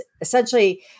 essentially